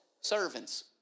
Servants